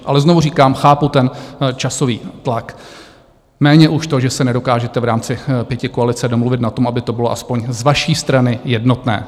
Ale znovu říkám, chápu ten časový tlak, méně už to, že se nedokážete v rámci pětikoalice domluvit na tom, aby to bylo aspoň z vaší strany jednotné.